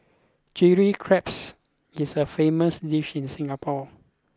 Chilli Crabs is a famous dish in Singapore